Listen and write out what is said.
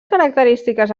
característiques